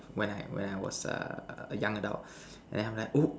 when I when I was a a young adult then I'm like